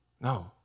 No